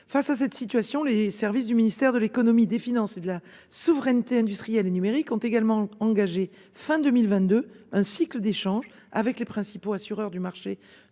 Face à cette situation, les services du ministère de l'Économie, des Finances et de la souveraineté industrielle et numérique ont également engagé fin 2022 un cycle d'échange avec les principaux assureurs du marché